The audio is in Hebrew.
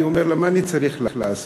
אני אומר לו: מה אני צריך לעשות?